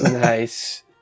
Nice